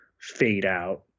fade-out